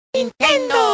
¡Nintendo